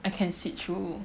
I can sit through